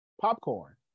popcorn